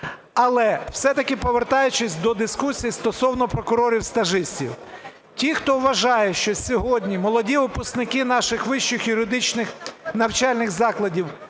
Але все-таки повертаючись до дискусії стосовно прокурорів-стажистів. Ті, хто вважає, що сьогодні молоді випускники наших вищих юридичних навчальних закладів